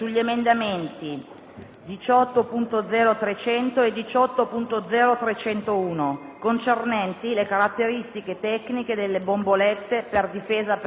18.0.300 e 18.0.301, concernenti le caratteristiche tecniche delle «bombolette» per difesa personale,